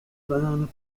banana